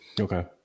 Okay